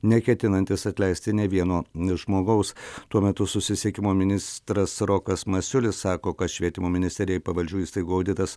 neketinantis atleisti nė vieno žmogaus tuo metu susisiekimo ministras rokas masiulis sako kad švietimo ministerijai pavaldžių įstaigų auditas